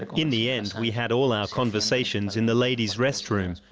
like in the end we had all our conversations in the ladies' restroom,